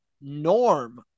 norm